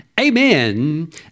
amen